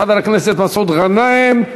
חבר הכנסת מסעוד גנאים.